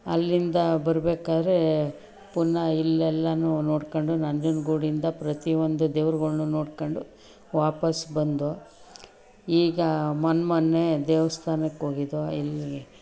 ಅಲ್ಲಿಂದ ಬರಬೇಕಾದ್ರೆ ಪುನಃ ಇಲ್ಲೆಲ್ಲಾ ನೋಡ್ಕೊಂಡು ನಂಜನಗೂಡಿಂದ ಪ್ರತಿಯೊಂದು ದೇವರುಗಳ್ನೂ ನೋಡ್ಕೊಂಡು ವಾಪಸ್ಸು ಬಂದೋ ಈಗ ಮೊನ್ಮೊನ್ನೆ ದೇವಸ್ಥಾನಕ್ಕೋಗಿದ್ದೋ ಎಲ್ಲಿ